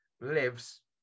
lives